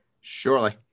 Surely